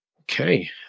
okay